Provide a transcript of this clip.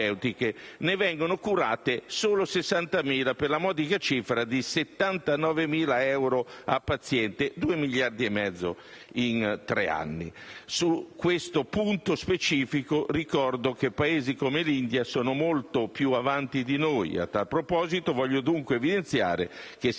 vengono curate solo 60.000 persone, per la modica cifra di 79.000 euro a paziente (2,5 miliardi di euro in tre anni). Su questo punto specifico ricordo che Paesi come l'India sono molto più avanti di noi. A tal proposito, voglio dunque evidenziare che se